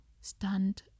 Stand